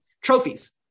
Trophies